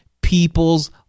people's